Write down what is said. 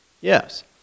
Yes